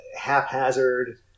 haphazard